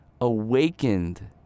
awakened